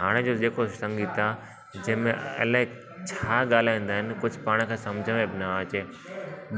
हाणे जो जेको संगीत आहे जंहिंमें अलाई छा ॻाल्हाईंदा आहिनि कुझु पाण खे सम्झि में बि न अचे